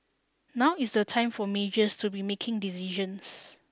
now is the time for majors to be making decisions